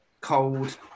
cold